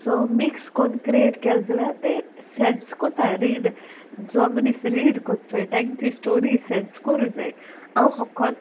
so mix कोन्न create केले जाल्यार तें सेन्स कोता रीड जो मनीस रीड कोतत् चोय तेंक ती स्टोरी सेन्स कोरूं जाय हांव होकोत